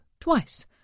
twice